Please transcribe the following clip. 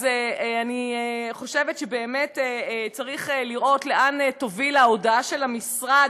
אז אני חושבת שבאמת צריך לראות לאן תוביל ההודעה של המשרד,